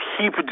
keep